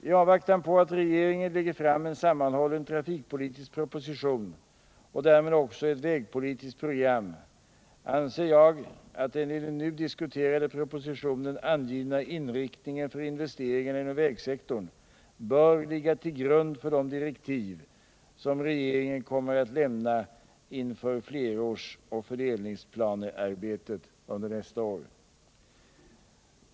I avvaktan på att regeringen lägger fram en sammanhållen trafikpolitisk proposition och därmed också ett vägpolitiskt program anser jag att den i den nu diskuterade propositionen angivna inriktningen för investeringarna inom vägsektorn bör ligga till grund för de direktiv som regeringen kommer att lämna inför flerårsoch fördelningsplanearbetet under nästa år.